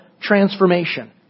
transformation